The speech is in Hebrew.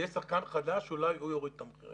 זה יהיה שחקן חדש ואולי הוא יוריד את המחירים.